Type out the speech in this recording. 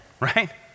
right